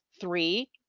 three